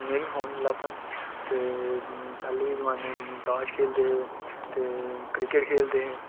ते में बी फोन लैता ते पैह्लें दे जमानै च ताश खेलदे हे ते क्रिकेट खेलदे हे